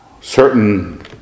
certain